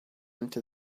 into